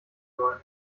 sollen